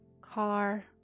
car